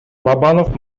бабанов